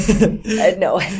No